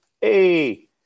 hey